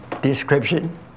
description